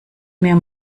mir